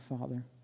Father